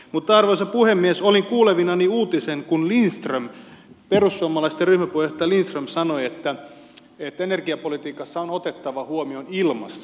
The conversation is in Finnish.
mutta arvoisa puhemies olin kuulevinani uutisen kun perussuomalaisten ryhmäpuheenjohtaja lindström sanoi että energiapolitiikassa on otettava huomioon ilmasto